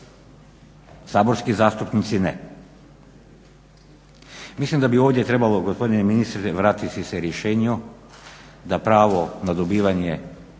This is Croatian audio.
saborski zastupnici ne. Mislim da bi ovdje trebalo, gospodine ministre vratiti se rješenju da pravo na dobivanje